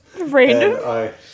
Random